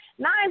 Nine